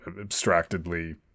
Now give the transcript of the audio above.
abstractedly